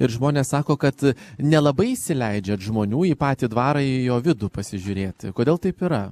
ir žmonės sako kad nelabai įsileidžiat žmonių į patį dvarą į jo vidų pasižiūrėti kodėl taip yra